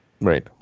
right